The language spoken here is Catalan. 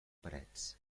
parets